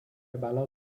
بلا